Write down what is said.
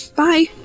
bye